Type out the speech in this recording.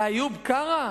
לאיוב קרא,